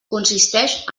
consisteix